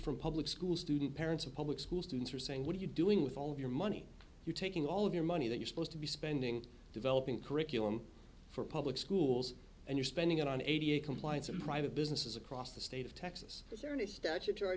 from public school student parents or public school students are saying what are you doing with all of your money you're taking all of your money that you're supposed to be spending developing curriculum for public schools and you're spending it on eighty eight compliance and private businesses across the state of texas